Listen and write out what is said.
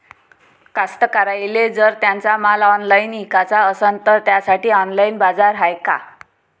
कास्तकाराइले जर त्यांचा माल ऑनलाइन इकाचा असन तर त्यासाठी ऑनलाइन बाजार हाय का?